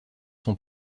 son